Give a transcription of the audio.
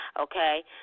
Okay